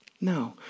No